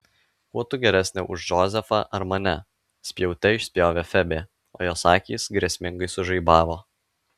kuo tu geresnė už džozefą ar mane spjaute išspjovė febė o jos akys grėsmingai sužaibavo